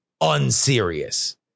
unserious